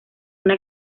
una